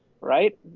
Right